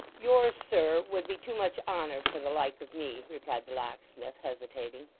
yours, sir, would be too much honour for the like of me replied the locksmith, hesitating.